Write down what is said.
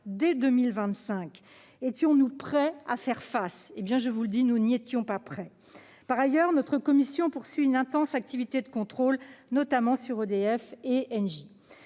dès 2025 ! Étions-nous prêts à faire face ? Eh bien, je vous le dis : nous n'étions pas prêts. Par ailleurs, notre commission poursuit une intense activité de contrôle, notamment sur EDF et Engie.